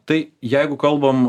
tai jeigu kalbam